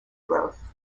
growth